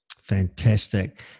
Fantastic